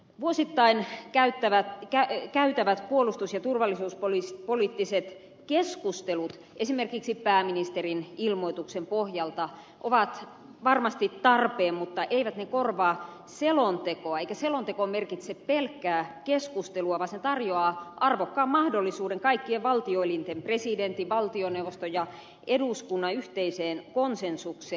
vuosittain käytävät puolustus ja turvallisuuspoliittiset keskustelut esimerkiksi pääministerin ilmoituksen pohjalta ovat varmasti tarpeen mutta eivät ne korvaa selontekoa eikä selonteko merkitse pelkkää keskustelua vaan se tarjoaa arvokkaan mahdollisuuden kaikkien valtioelinten presidentin valtioneuvoston ja eduskunnan yhteiseen konsensukseen